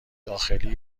داخلی